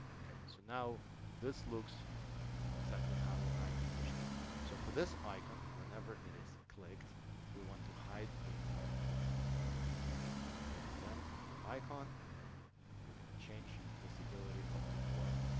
okay so now this looks exactly how i envisioned so for this icon whenever it is clicked we want to hide the entire form so on click event for the icon we're gonna change visibility of the form